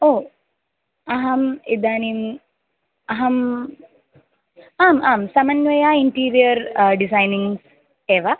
ओ अहम् इदानीम् अहम् आम् आम् समन्वया इण्टीरियर् डिसैनिङ्ग्स् एव